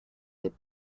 ses